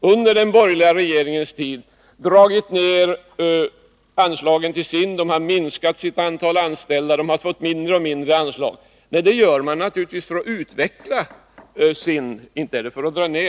Under de borgerliga regeringarna har man hela tiden dragit ner anslaget till SIND, som fått minska antalet anställda. Men det gör man naturligtvis för att utveckla SIND -— inte för att dra ned!